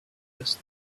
dust